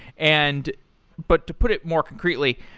and but to put it more concretely,